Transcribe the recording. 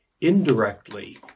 indirectly